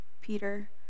Peter